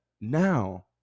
now